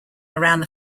around